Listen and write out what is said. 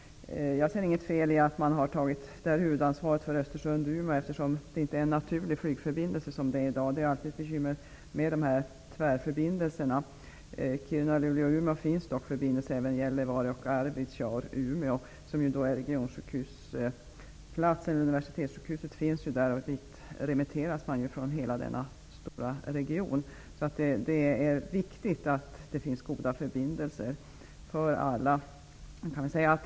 Jag ser inget fel i att man har tagit huvudansvaret för sträckan Östersund--Umeå, eftersom det inte är en naturlig flygförbindelse i dag. Det är alltid ett bekymmer med tvärförbindelserna. I Kiruna-- Gällivare och Arvidsjaur till Umeå. I Umeå ligger ju universitetssjukhuset, dit patienter remitteras från hela denna stora region, så det är viktigt att det finns goda förbindelser för alla.